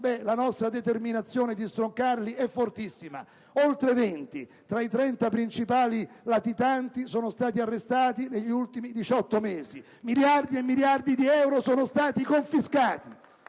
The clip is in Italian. la nostra determinazione di stroncarli sia fortissima. Oltre venti tra i trenta principali latitanti sono stati arrestati negli ultimi 18 mesi, miliardi e miliardi di euro sono stati confiscati